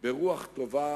ברוח טובה